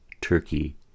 turkey